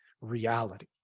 reality